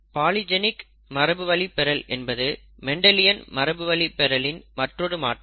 polygenic மரபுவழிப்பெறல் என்பது Mendelian மரபுவழிப்பெறலின் மற்றொரு மாற்றம்